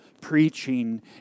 preaching